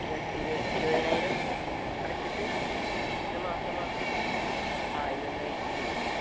ഇരുപതിനായിരം അടച്ചിട്ട് പിന്നെ മാസം മാസം ആ ഇ എം ഐ ഇട്ട് ചെയ്യാം